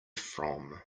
from